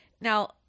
Now